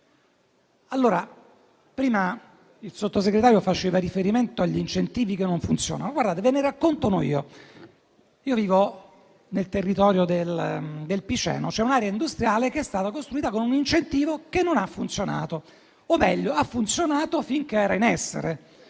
crescita. Il Sottosegretario ha fatto prima riferimento agli incentivi che non funzionano. Faccio un esempio: vivo nel territorio del piceno, dove c'è un'area industriale che è stata costruita con un incentivo che non ha funzionato o, meglio, ha funzionato finché era in essere,